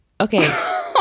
okay